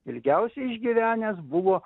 ilgiausiai išgyvenęs buvo